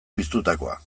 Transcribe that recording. piztutakoa